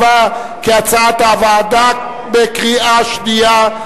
67), כהצעת הוועדה, בקריאה שנייה.